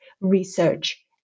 research